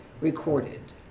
recorded